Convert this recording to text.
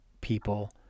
people